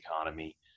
economy